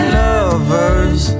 lovers